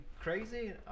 crazy